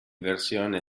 versione